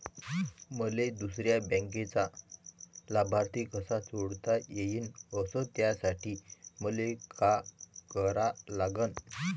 मले दुसऱ्या बँकेचा लाभार्थी कसा जोडता येईन, अस त्यासाठी मले का करा लागन?